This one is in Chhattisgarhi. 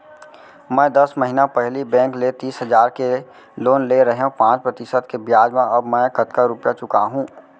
मैं दस महिना पहिली बैंक ले तीस हजार के लोन ले रहेंव पाँच प्रतिशत के ब्याज म अब मैं कतका रुपिया चुका हूँ?